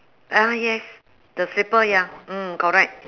ah yes the slipper ya mm correct